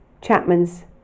Chapman's